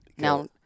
Now